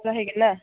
जाहैगोन ना